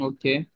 Okay